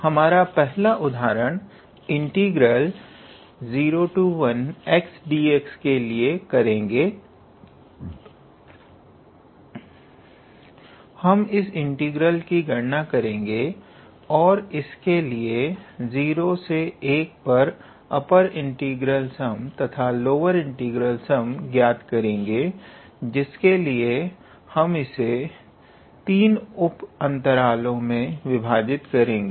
हमारा प्रथम उदाहरण इंटीग्रल 01xdx का लेगे हम इस इंटीग्रल की गणना करेगे और इसके लिए 01 पर अपर इंटीग्रल सम तथा लोअर इंटीग्रल सम ज्ञात करेंगे जिसके लिए हम इसे 3 उप अंतरलों में विभाजित करेंगे